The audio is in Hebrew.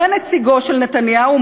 ונציגו של נתניהו,